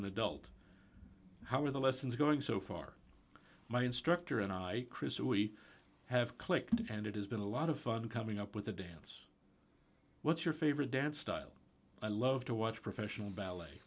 an adult how are the lessons going so far my instructor and i chris we have clicked and it has been a lot of fun coming up with the dance what's your favorite dance style i love to watch professional ballet